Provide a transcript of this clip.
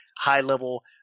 high-level